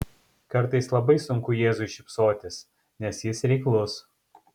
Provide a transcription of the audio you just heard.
kartais labai sunku jėzui šypsotis nes jis reiklus